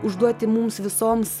užduoti mums visoms